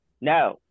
no